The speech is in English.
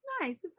nice